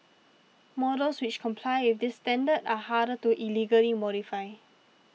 models which comply with this standard are harder to illegally modify